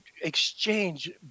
exchange